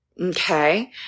okay